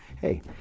hey